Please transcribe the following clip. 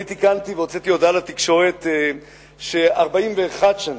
אני תיקנתי והוצאתי הודעה לתקשורת ש-41 שנים,